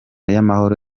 y’amahoro